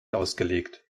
ausgelegt